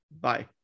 Bye